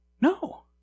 No